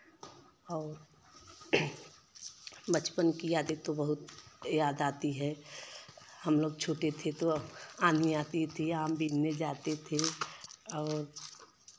और बचपन की यादें तो बहुत याद आती हैं हम लोग छोटे थे तो आँधी आती थी आम बिनने जाते थे और